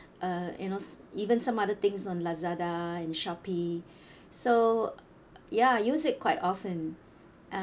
uh you know even some other things on Lazada and Shopee so ya I use it quite often